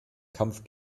kampf